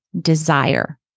desire